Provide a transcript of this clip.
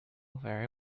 very